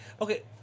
Okay